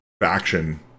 faction